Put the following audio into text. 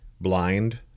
blind